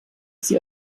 sie